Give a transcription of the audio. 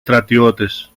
στρατιώτες